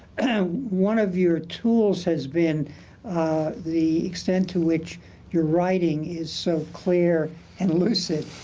and one of your tools has been the extent to which your writing is so clear and lucid,